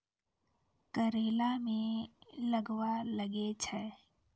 करेला मैं गलवा लागे छ?